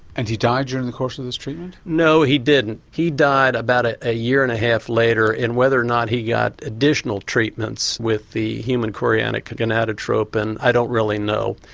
and he died during the course of this treatment? no he didn't, he died about ah a year and a half later and whether or not he got additional treatments with the human chorionic gonadotropin i don't really know.